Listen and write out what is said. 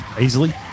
easily